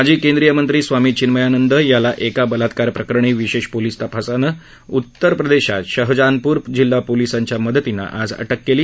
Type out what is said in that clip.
माजी केंद्रीय मंत्री स्वामी चिन्मयानंद याला एका बलात्कार प्रकरणी विशेष तपास पथकानं उत्तरप्रदेशात शहजहानपूर जिल्हा पोलिसांच्या मदतीनं आज सकाळी अटक केली